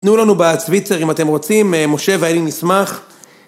תנו לנו בצוויצר אם אתם רוצים, משה ואני נשמח.